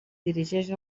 dirigeix